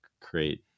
create